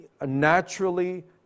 naturally